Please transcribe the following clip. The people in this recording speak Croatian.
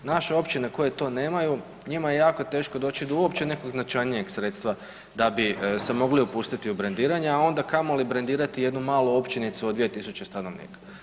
Naše općine koje to nemaju, njima je jako teško doći do uopće nekog značajnijeg sredstva da bi se mogli upustiti u brendiranje, a onda kamoli brendirati jednu malu općinicu od 2000 stanovnika.